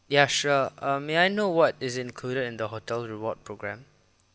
ya sure uh may I know what is included in the hotel reward programme